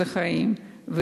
החיים.